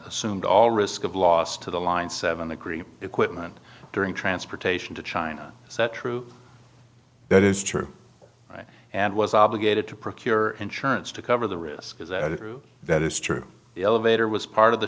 assumed all risk of loss to the line seven the green equipment during transportation to china is that true that is true and was obligated to procure insurance to cover the risk is that it or that is true the elevator was part of the